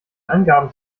angaben